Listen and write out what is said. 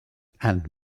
and